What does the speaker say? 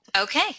Okay